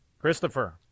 Christopher